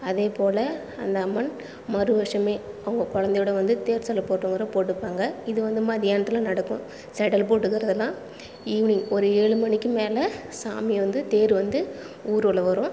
அதே போல் அந்த அம்மன் மறு வருஷமே அவங்க குழந்தையோட வந்து தேர் செடல் போட்டுக்கிறவங்க போட்டுப்பாங்கள் இது வந்து மதியானத்தில் நடக்கும் செடல் போட்டுக்கிறதெல்லாம் ஈவினிங் ஒரு ஏழு மணிக்கு மேலே சாமி வந்து தேர் வந்து ஊர்வலம் வரும்